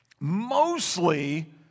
mostly